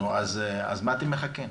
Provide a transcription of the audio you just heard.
נו, אז למה אתם מחכים?